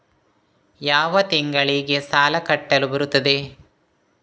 ಯಾವ ತಿಂಗಳಿಗೆ ಸಾಲ ಕಟ್ಟಲು ಬರುತ್ತದೆ?